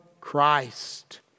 Christ